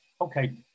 okay